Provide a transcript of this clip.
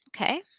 okay